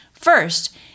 First